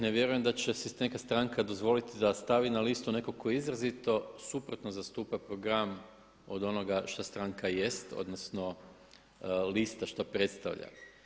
Ne vjerujem da će si neka stranka dozvoliti da stavi na listu nekog ko je izrazito suprotno zastupa program od onoga što stranka jest odnosno lista što predstavlja.